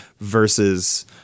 Versus